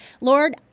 Lord